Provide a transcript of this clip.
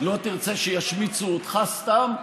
לא תרצה שישמיצו אותך סתם,